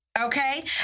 okay